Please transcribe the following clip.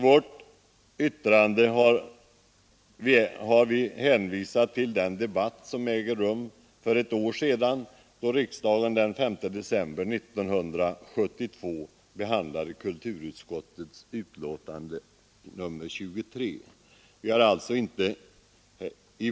Vi har därvid ej hänvisat till den debatt som ägde rum då riksdagen den 5 december 1972 behandlade kulturutskottets betänkande nr 23.